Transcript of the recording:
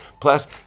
Plus